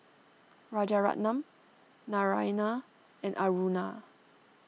Rajaratnam Naraina and Aruna